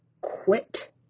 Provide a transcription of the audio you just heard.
quit